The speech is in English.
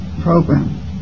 program